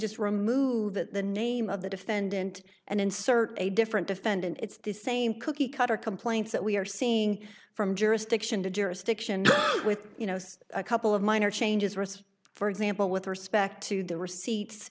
just remove that the name of the defendant and insert a different defendant it's the same cookie cutter complaints that we are seeing from jurisdiction to jurisdiction with a couple of minor changes rest for example with respect to the receipts